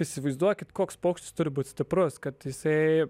įsivaizduokit koks paukštis turi būti stiprus kad jisai